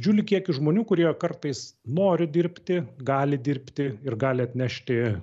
didžiulį kiekį žmonių kurie kartais nori dirbti gali dirbti ir gali atnešti